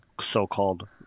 so-called